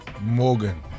Morgan